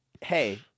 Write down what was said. Hey